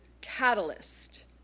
catalyst